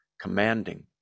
commanding